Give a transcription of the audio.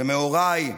ומהוריי,